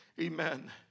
Amen